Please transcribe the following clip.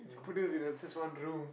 produce in a just one room